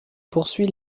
poursuit